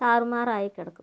താറുമാറായിക്കിടക്കും